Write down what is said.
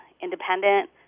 independent